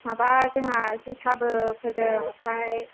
माबा जोंहा जोसाबो फोदों आमफ्राय